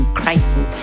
crisis